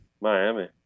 Miami